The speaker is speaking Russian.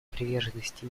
приверженности